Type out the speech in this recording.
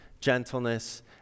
gentleness